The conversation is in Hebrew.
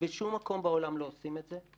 בשום מקום בעולם לא עושים את זה,